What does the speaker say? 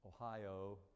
Ohio